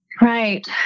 Right